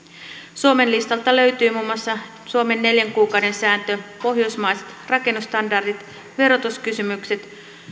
suomen listalta löytyy muun muassa suomen neljän kuukauden sääntö pohjoismaiset rakennusstandardit verotuskysymykset